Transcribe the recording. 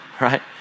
right